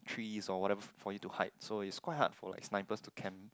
trees or whatever for you to hide so it's quite hard for like snipers to camp